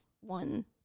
one